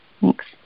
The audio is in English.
Thanks